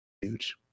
huge